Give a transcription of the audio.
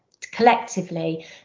collectively